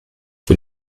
für